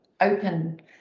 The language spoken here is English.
open